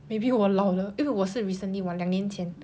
maybe 我老了因为我是 recently 我两年前